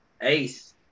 Ace